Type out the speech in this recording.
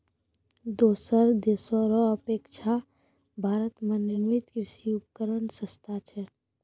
दोसर देशो रो अपेक्षा भारत मे निर्मित कृर्षि उपकरण सस्ता छै